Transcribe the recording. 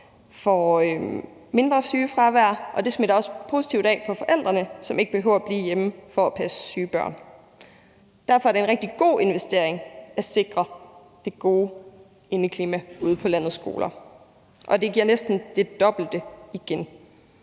får mindre sygefravær. Det smitter også positivt af på forældrene, som ikke behøver at blive hjemme for at passe syge børn. Derfor er det en rigtig god investering at sikre det gode indeklima ude på landets skoler – og det giver næsten det dobbelte igen.